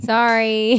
Sorry